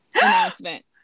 announcement